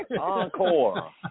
Encore